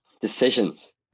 Decisions